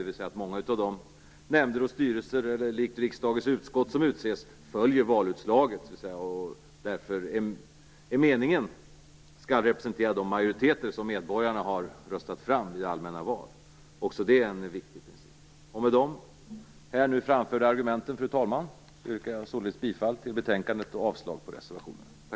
Tillsättningen av många nämnder och styrelser liksom sammansättningen av riksdagens utskott följer valutslaget. Därför är det meningen att deras sammansättning skall representera de majoriteter som medborgarna har röstat fram vid allmänna val. Också detta är en viktig princip. Fru talman! Med de anförda argumenten yrkar jag bifall till hemställan i betänkandet och avslag på reservationerna.